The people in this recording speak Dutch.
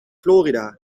florida